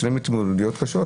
יש להם התמודדויות קשות,